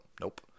Nope